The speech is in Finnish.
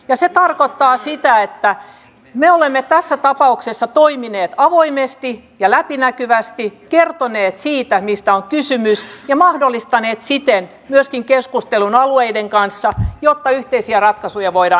ja se tarkoittaa sitä että me olemme tässä tapauksessa toimineen avoimesti ja läpinäkyvästi kertoneet siitä mistä on kysymys ja mahdollistaneet siten joskin keskustelun alueiden kanssa joka yhteisiä ratkaisuja voida